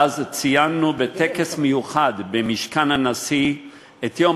ואז ציינו בטקס מיוחד במשכן הנשיא את יום